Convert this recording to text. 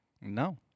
No